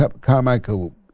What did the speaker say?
Carmichael